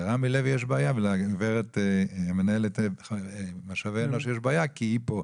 לרמי לוי יש בעיה ולמנהלת משאבי האנוש יש בעיה כי היא פה.